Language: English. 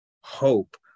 hope